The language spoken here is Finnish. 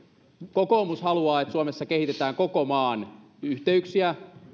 kokoomus haluaa että suomessa kehitetään koko maan yhteyksiä